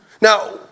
Now